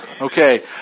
Okay